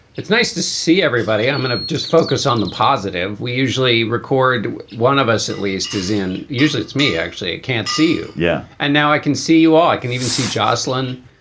it's nice to see everybody. i'm going to ah just focus on the positive. we usually record one of us, at least as in. usually it's me. actually can't see you. yeah. and now i can see you all. i can even see joslyn.